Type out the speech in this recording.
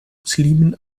muslimen